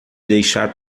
deixar